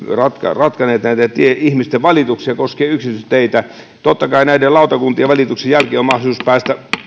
ratkaisseet näitä ihmisten valituksia koskien yksityisteitä totta kai näiden lautakuntien valituksien jälkeen on mahdollisuus päästä